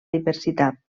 diversitat